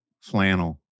Flannel